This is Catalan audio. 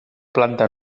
planta